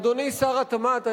אדוני שר התמ"ת,